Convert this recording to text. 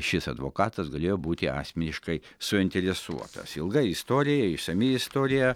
šis advokatas galėjo būti asmeniškai suinteresuotas ilga istorija išsami istorija